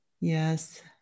Yes